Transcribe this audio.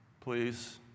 Please